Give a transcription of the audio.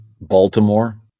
Baltimore